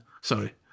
Sorry